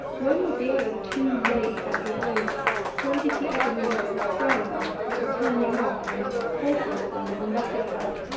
when was he ever too late at his labour when did he ever meet with a frown, with a turning off, and pauperism on that account,